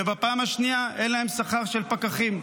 ובפעם השנייה, אין להן שכר של פקחים.